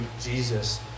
Jesus